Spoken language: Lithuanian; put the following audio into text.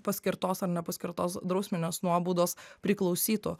paskirtos ar nepaskirtos drausminės nuobaudos priklausytų